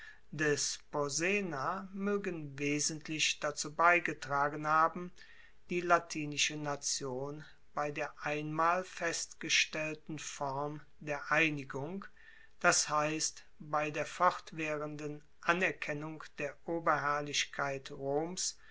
des porsena moegen wesentlich dazu beigetragen haben die latinische nation bei der einmal festgestellten form der einigung das heisst bei der fortwaehrenden anerkennung der oberherrlichkeit roms